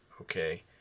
okay